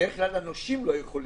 בדרך כלל הנושים לא יכולים,